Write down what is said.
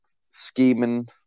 scheming